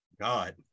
God